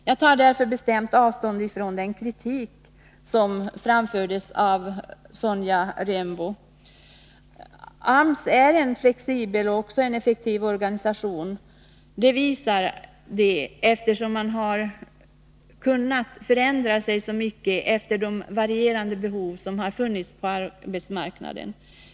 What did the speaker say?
Jag tar bestämt avstånd från den kritik som framförts av Sonja Rembo. AMS har en flexibel och effektiv organisation. Det framgår av det förhållandet att man har kunnat förändra sig så mycket efter de varierande behov som har funnits på arbetsmarknaden.